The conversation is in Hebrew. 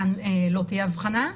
כאן לא תהיה הבחנה.